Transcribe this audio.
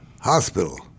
hospital